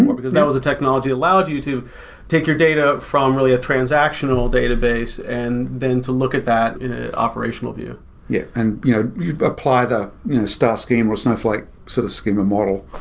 because that was a technology allowed you to take your data from really a transactional database and then to look at that in an operational view yeah, and you know you apply the star scheme or snowflake sort of schema model.